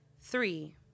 Three